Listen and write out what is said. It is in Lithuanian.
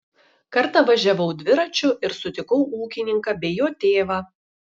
kartą važiavau dviračiu ir sutikau ūkininką bei jo tėvą